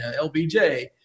LBJ